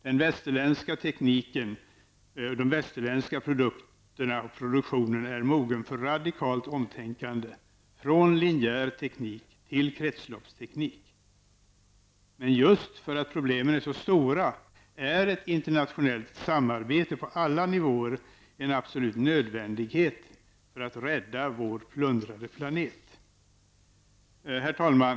Den västerländska tekniken, de västerländska produkterna och produktionen, är mogen för radikalt omtänkande, från linjär teknik till kretsloppsteknik. Men just för att problemen är så stora är ett internationellt samarbete på alla nivåer en absolut nödvändighet för att rädda vår plundrade planet. Herr talman!